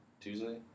Tuesday